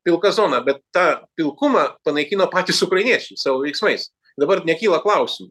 pilka zona bet tą pilkumą panaikino patys ukrainiečiai savo veiksmais dabar nekyla klausimų